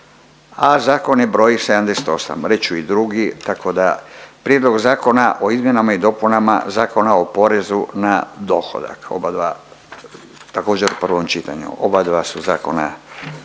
a zakon je broj 78. Reći ću i drugi tako da Prijedlog zakona o izmjenama i dopunama Zakona o porezu na dohodak, oba dva također u prvom čitanju, oba dva su zakona